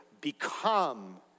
become